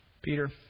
Peter